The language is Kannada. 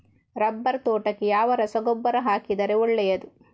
ರಬ್ಬರ್ ತೋಟಕ್ಕೆ ಯಾವ ರಸಗೊಬ್ಬರ ಹಾಕಿದರೆ ಒಳ್ಳೆಯದು?